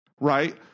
Right